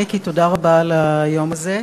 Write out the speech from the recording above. מיקי, תודה רבה על היום הזה.